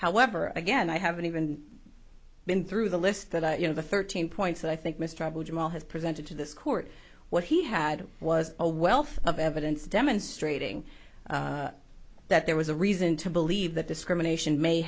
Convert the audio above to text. however again i haven't even been through the list that i you know the thirteen points that i think mr abu jamal has presented to this court what he had was a wealth of evidence demonstrating that there was a reason to believe that discrimination may